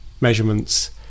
measurements